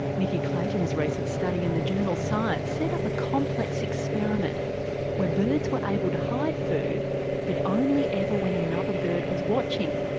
nicky clayton's recent study in the journal science set up a complex experiment where birds were able to hide food but only ever when another bird was watching.